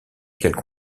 qu’elles